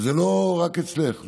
וזה לא רק אצלך,